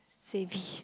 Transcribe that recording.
savvy